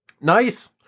Nice